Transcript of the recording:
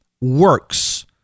works